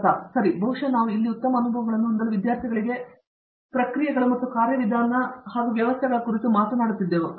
ಪ್ರತಾಪ್ ಹರಿಡೋಸ್ ಸರಿ ಬಹುಶಃ ನಾವು ಇಲ್ಲಿ ಉತ್ತಮ ಅನುಭವವನ್ನು ಹೊಂದಲು ವಿದ್ಯಾರ್ಥಿಗಳಿಗೆ ಸ್ಥಳದಲ್ಲಿ ಪ್ರಕ್ರಿಯೆಗಳು ಮತ್ತು ಕಾರ್ಯವಿಧಾನಗಳು ಮತ್ತು ವ್ಯವಸ್ಥೆಗಳ ಕುರಿತು ಮಾತನಾಡುತ್ತಿದ್ದೆವು